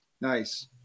Nice